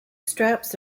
straps